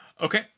okay